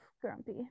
Grumpy